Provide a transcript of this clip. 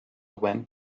went